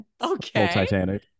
Okay